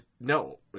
No